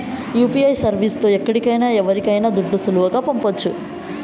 UPI service తో ఎక్కడికైనా ఎవరికైనా దుడ్లు సులువుగా పంపొచ్చు